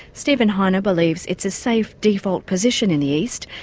steven heine believes it's a safe default position in the east,